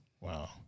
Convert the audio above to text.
Wow